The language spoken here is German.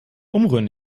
umrühren